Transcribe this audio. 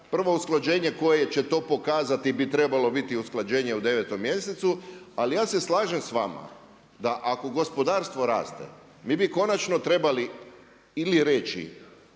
Prvo usklađenje koje će to pokazati bi trebalo biti usklađenje u 9. mjesecu, ali ja se slažem s vama da ako gospodarstvo raste, mi bi konačno trebali ili reći